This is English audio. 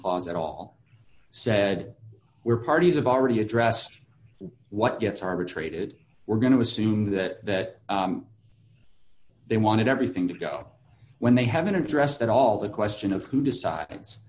cause at all said where parties have already addressed what gets arbitrated we're going to assume that they wanted everything to go when they haven't addressed at all the question of who decides